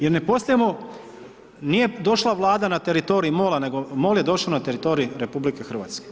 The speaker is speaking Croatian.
Jer ne postajemo, nije došla vlada na teritorij MOL-a nego MOL je došo na teritorij RH.